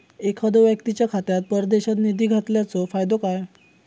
एखादो व्यक्तीच्या खात्यात परदेशात निधी घालन्याचो फायदो काय?